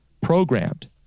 programmed